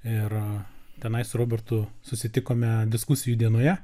ir tenai su robertu susitikome diskusijų dienoje